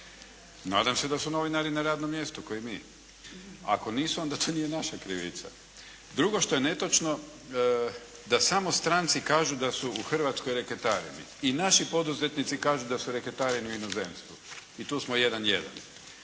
Nadam se da su novinari na radnom mjestu kao i mi. Ako nisu, onda to nije naša krivica. Drugo što je netočno, da samo stranci kažu da su u Hrvatskoj reketareni. I naši poduzetnici kažu da su reketareni u inozemstvu i tu smo 1:1. I ono